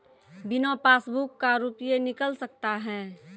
बिना पासबुक का रुपये निकल सकता हैं?